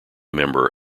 member